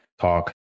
talk